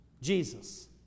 Jesus